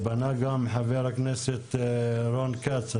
פנה גם חבר הכנסת רון כץ.